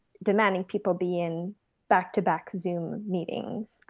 demanding people be in back-to-back zoom meetings.